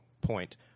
point